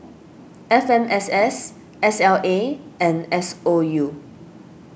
F M S S S L A and S O U